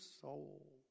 soul